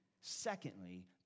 secondly